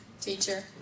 Teacher